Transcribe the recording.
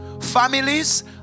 families